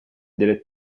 delle